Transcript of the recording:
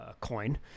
coin